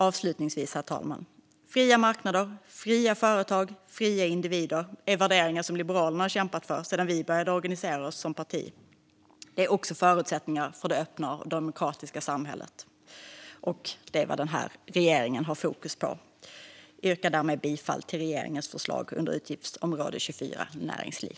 Avslutningsvis, herr talman! Fria marknader, fria företag och fria individer är värderingar som Liberalerna kämpat för sedan vi började organisera oss som parti. Det är också förutsättningar för det öppna och demokratiska samhället. Och det är vad den här regeringen har fokus på. Jag yrkar därmed bifall till utskottets förslag inom utgiftsområde 24 Näringsliv.